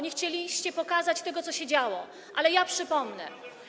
Nie chcieliście pokazać tego, co się działo, ale ja przypomnę.